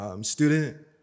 Student